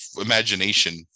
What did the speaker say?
imagination